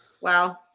Wow